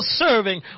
serving